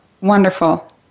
Wonderful